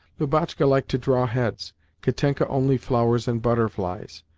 lubotshka liked to draw heads katenka only flowers and butterflies.